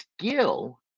skill